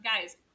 guys